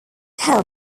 held